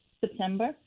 September